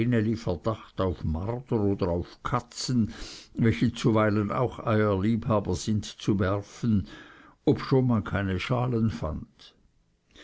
verdacht auf marder oder auf katzen welche zuweilen auch eierliebhaber sind zu werfen obschon man keine schalen fand